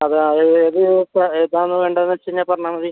അതാ ഏത് ഇപ്പോൾ ഏതാണ് വേണ്ടത് എന്ന് വെച്ചുകഴിഞ്ഞാൽ പറഞ്ഞാൽ മതി